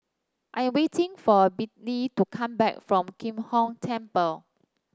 I am waiting for Bettye to come back from Kim Hong Temple